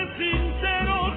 sincero